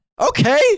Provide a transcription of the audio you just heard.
Okay